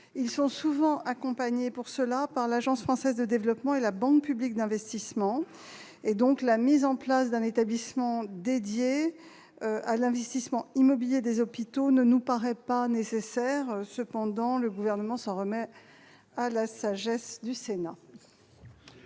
Ils sont souvent accompagnés pour cela par l'Agence française de développement et la Banque publique d'investissement. La mise en place d'un établissement dédié à l'investissement immobilier des hôpitaux ne nous paraît pas nécessaire. Cependant, le Gouvernement s'en remet à la sagesse du Sénat.